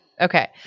Okay